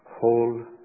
whole